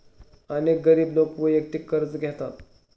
अनेक गरीब लोक वैयक्तिक कर्ज घेतात